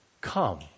Come